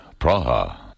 Praha